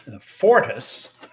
Fortis